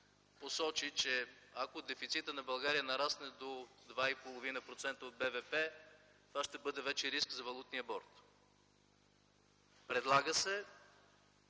посочи, че ако дефицитът на България нарасне до 2,5% от БВП, това ще бъде вече риск за валутния борд. Предлага се